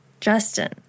Justin